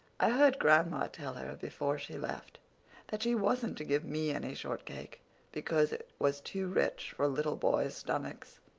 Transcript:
i heard grandma tell her before she left that she wasn't to give me any shortcake because it was too rich for little boys' stomachs.